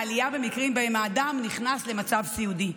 לעלייה במקרים שבהם האדם נכנס למצב סיעודי.